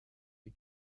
die